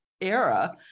era